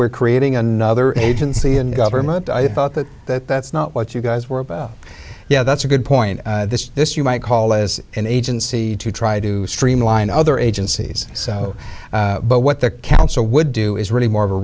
we're creating another agency and government i thought that that that's not what you guys were about yeah that's a good point this this you might call as an agency to try to streamline other agencies but what the council would do is really more of a